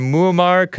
Muammar